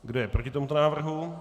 Kdo je proti tomuto návrhu?